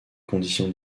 conditions